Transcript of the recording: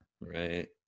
right